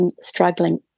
struggling